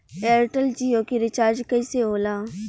Airtel Jio के recharge कैसे होला?